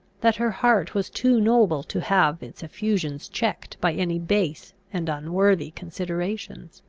that her heart was too noble to have its effusions checked by any base and unworthy considerations.